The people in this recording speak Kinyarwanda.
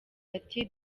ati